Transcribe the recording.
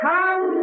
Come